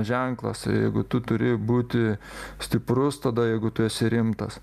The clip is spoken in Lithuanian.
ženklas ir jeigu tu turi būti stiprus tada jeigu tu esi rimtas